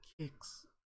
kicks